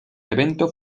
evento